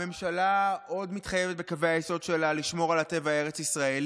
הממשלה מתחייבת עוד בקווי היסוד שלה לשמור על הטבע הארץ-ישראלי,